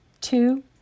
two